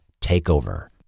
Takeover